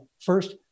First